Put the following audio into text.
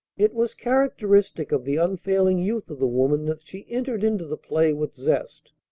it was characteristic of the unfailing youth of the woman that she entered into the play with zest.